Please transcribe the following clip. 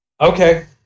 okay